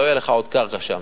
לא תהיה לך עוד קרקע שם,